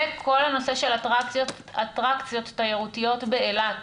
וכל הנושא של אטרקציות תיירותיות באילת.